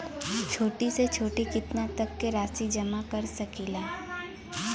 छोटी से छोटी कितना तक के राशि जमा कर सकीलाजा?